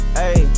hey